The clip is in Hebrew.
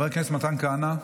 חבר הכנסת מתן כהנא,